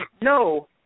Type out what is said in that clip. No